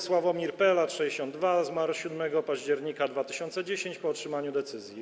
Sławomir P., lat 62, zmarł 7 października 2010 r. po otrzymaniu decyzji.